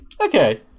Okay